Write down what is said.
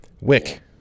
Wick